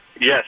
Yes